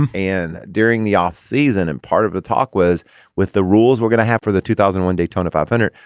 and and during the off season and part of the talk was with the rules we're gonna have for the two thousand and one daytona five hundred.